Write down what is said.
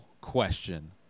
question